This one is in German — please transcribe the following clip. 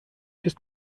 ist